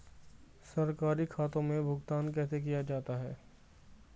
सरकारी खातों में भुगतान कैसे किया जाता है?